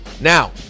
Now